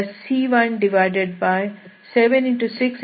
6